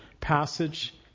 passage